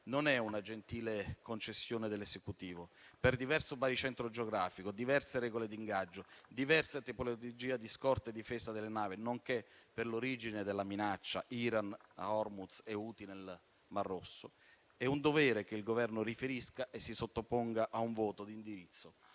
non è una gentile concessione dell'Esecutivo. Per diverso baricentro geografico, diverse regole di ingaggio, diverse tipologie di scorta e difesa delle navi, nonché per l'origine della minaccia (Iran a Hormuz e Houthi nello Yemen), è un dovere che il Governo riferisca e si sottoponga a un voto di indirizzo